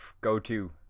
go-to